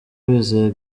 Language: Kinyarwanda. wizeye